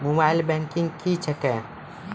Mobile banking क्या हैं?